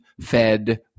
fed